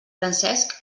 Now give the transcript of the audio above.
francesc